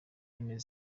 ingana